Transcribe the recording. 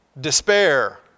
despair